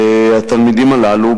והתלמידים הללו,